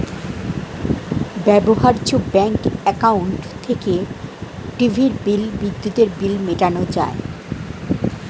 ব্যবহার্য bank account থেকে টিভির বিল, বিদ্যুতের বিল মেটানো যায়